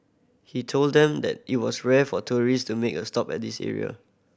he told them that it was rare for tourist to make a stop at this area